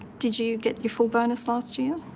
did you get your full bonus last year?